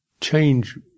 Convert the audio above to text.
change